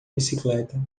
bicicleta